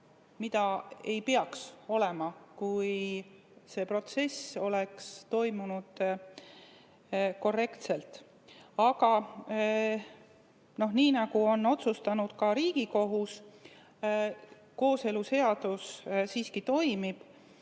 mida ei peaks olema, kui see protsess oleks toimunud korrektselt. Aga nii nagu on otsustanud ka Riigikohus, kooseluseadus siiski toimib.